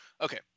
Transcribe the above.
Okay